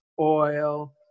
oil